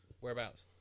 Whereabouts